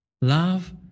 Love